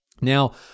Now